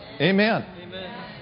Amen